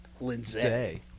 Lindsay